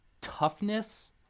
toughness